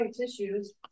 tissues